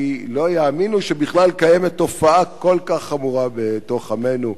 כי לא יאמינו שבכלל קיימת תופעה כל כך חמורה בתוך עמנו.